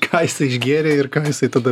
ką jisai išgėrė ir ką jisai tada